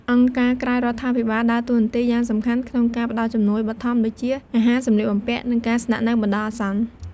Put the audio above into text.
អង្គការក្រៅរដ្ឋាភិបាលដើរតួនាទីយ៉ាងសំខាន់ក្នុងការផ្ដល់ជំនួយបឋមដូចជា អាហារ សម្លៀកបំពាក់ និងការស្នាក់នៅបណ្ដោះអាសន្ន។